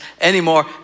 anymore